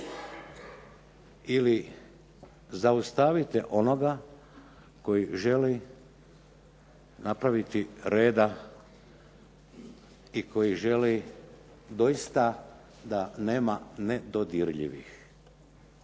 ili zaustavite onoga koji želi napraviti reda i koji želi doista da nema nedodirljivih.